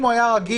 אם הוא היה רגיל,